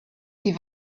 die